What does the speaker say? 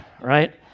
right